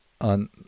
on